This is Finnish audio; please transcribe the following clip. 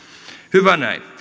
hyvä näin